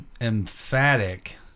emphatic